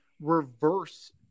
reverse